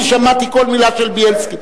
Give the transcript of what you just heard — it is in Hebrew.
אני שמעתי כל מלה של בילסקי.